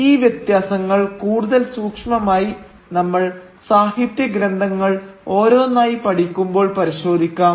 ഈ വ്യത്യാസങ്ങൾ കൂടുതൽ സൂക്ഷ്മമായി നമ്മൾ സാഹിത്യഗ്രന്ഥങ്ങൾ ഓരോന്നായി പഠിക്കുമ്പോൾ പരിശോധിക്കാം